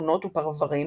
שכונות ופרוורים,